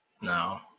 no